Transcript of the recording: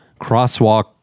crosswalk